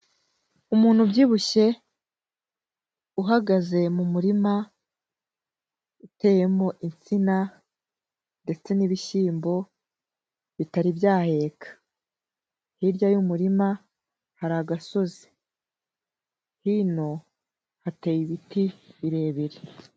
Umuntu ubyibushye uhagaze mu murima uteyemo insina ndetse n'ibishyimbo bitari byaheka, hirya y'umurima hari agasozi, hino hateye ibiti birebire.